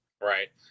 right